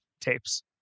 tapes